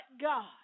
God